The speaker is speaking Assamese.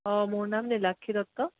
অঁ মোৰ নাম নীলাক্ষী দত্ত